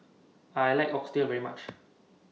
I like Oxtail very much